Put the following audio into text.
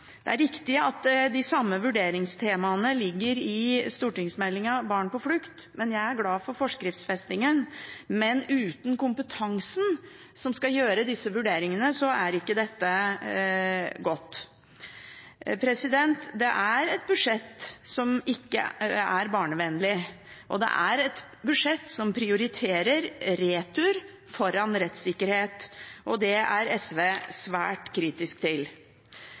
Det er riktig at de samme vurderingstemaene ligger i stortingsmeldingen Barn på flukt, men jeg er glad for forskriftsfestingen, men uten kompetansen som skal gjøre disse vurderingene, er ikke dette godt. Det er et budsjett som ikke er barnevennlig, og det er et budsjett som prioriterer retur foran rettssikkerhet, og det er SV svært kritisk til.